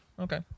okay